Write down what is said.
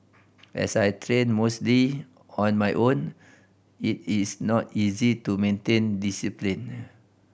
as I train mostly on my own it is not easy to maintain discipline